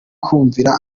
amategeko